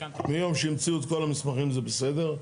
מיום שהמציאו את כל המסמכים זה בסדר.